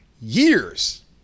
years